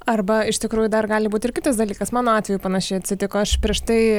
arba iš tikrųjų dar gali būti ir kitas dalykas mano atveju panašiai atsitiko aš prieš tai